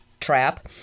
trap